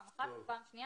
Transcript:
ושנית,